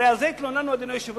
הרי על זה התלוננו, אדוני היושב-ראש.